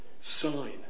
sign